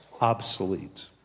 Obsolete